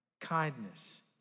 Kindness